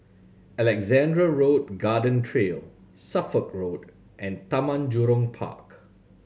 Alexandra Road Garden Trail Suffolk Road and Taman Jurong Park